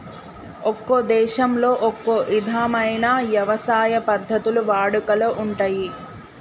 ఒక్కో దేశంలో ఒక్కో ఇధమైన యవసాయ పద్ధతులు వాడుకలో ఉంటయ్యి